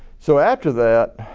so after that,